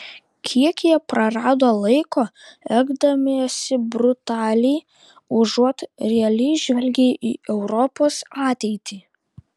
kiek jie prarado laiko elgdamiesi brutaliai užuot realiai žvelgę į europos ateitį